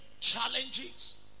challenges